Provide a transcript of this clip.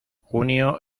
junio